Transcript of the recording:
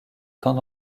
temps